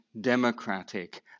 democratic